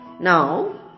Now